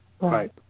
Right